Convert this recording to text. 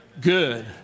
good